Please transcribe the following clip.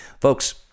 Folks